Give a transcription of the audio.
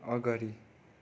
अगाडि